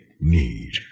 need